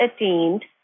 attained